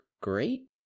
great